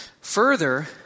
Further